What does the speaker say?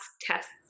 tests